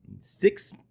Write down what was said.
Six